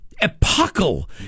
epochal